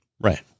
Right